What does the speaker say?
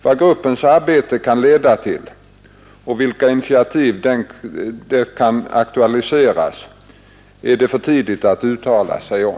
Vad gruppens arbete kan leda till och vilka initiativ det kan aktualisera är det för tidigt att uttala sig om.